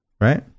right